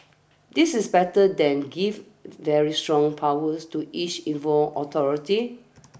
this is better than give very strong powers to each involved authority